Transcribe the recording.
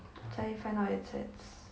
才 find out it it's